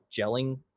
gelling